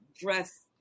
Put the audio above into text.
dress